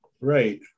Right